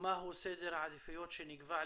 ומהו סדר העדיפויות שנקבע לסיומן.